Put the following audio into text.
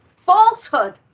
Falsehood